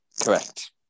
Correct